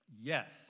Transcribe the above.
Yes